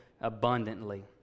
abundantly